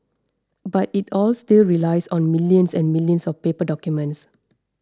but it all still relies on millions and millions of paper documents